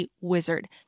wizard